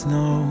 no